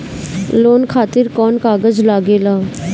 Loan खातिर कौन कागज लागेला?